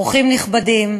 אורחים נכבדים,